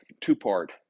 two-part